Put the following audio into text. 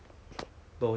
but then 那个